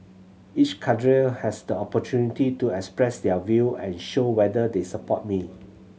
each cadre has the opportunity to express their view and show whether they support me